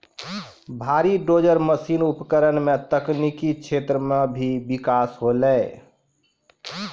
भारी dozer machine उपकरण सें तकनीकी क्षेत्र म भी बिकास होलय